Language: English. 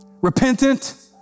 repentant